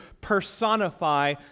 personify